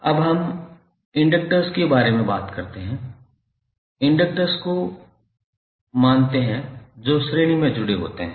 अब हम इंडक्टर्स के बारे में बात करते हैं इंडेक्सर्स को मानते हैं जो श्रेणी में जुड़े होते हैं